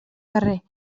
carrer